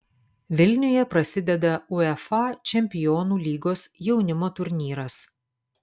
vilniuje prasideda uefa čempionų lygos jaunimo turnyras